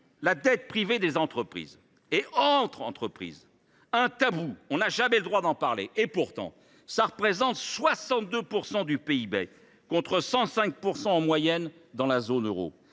la dette privée des entreprises, et entre entreprises, un tabou – on n’a jamais le droit d’en parler –, représente 162 % du PIB, contre 105 % en moyenne dans la zone euro.